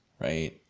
right